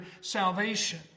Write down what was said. salvation